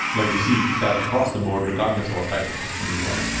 like we see that across the board regardless of what type of customer you are.